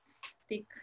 stick